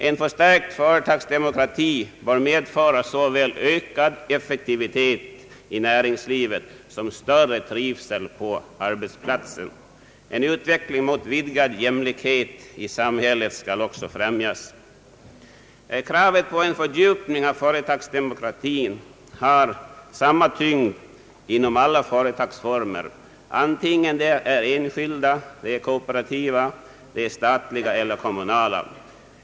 En stärkt företagsdemokrati bör medföra såväl ökad effektivitet i näringslivet som större trivsel på arbetsplatsen. En utveckling mot vidgad jämlikhet i samhället skall också främjas. Kravet på en fördjupning av företagsdemokratin har samma tyngd inom alla företagsformer, antingen de är enskilda, kooperativa, statliga eller kommunala.